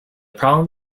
problem